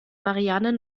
marianne